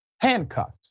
handcuffs